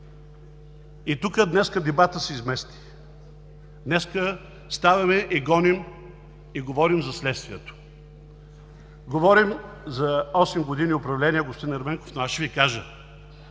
И тук днес дебатът се измести. Днес ставаме и говорим за следствието. Говорим за осем години управление, господин Ерменков, но аз ще Ви кажа: